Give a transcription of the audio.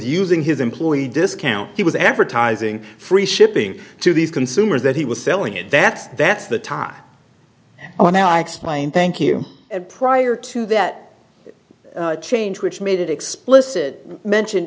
using his employee discount he was advertising free shipping to these consumers that he was selling it that's that's the time when i explain thank you and prior to that change which made explicit mention